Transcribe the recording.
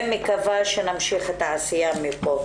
אני מקווה שנמשיך את העשייה מפה.